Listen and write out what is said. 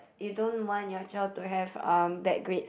you don't want your child to have um bad grades